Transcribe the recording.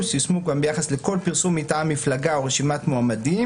יושמו כאן ביחס לכל פרסום מטעם מפלגה או רשימת מועמדים